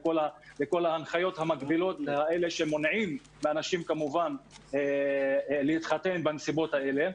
לכל ההנחיות המגבילות שמונעות כמובן מאנשים להתחתן בנסיבות האלה.